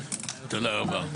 הישיבה ננעלה בשעה